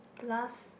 last